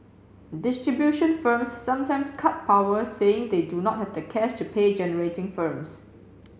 distribution firms sometimes cut power saying they do not have the cash to pay generating firms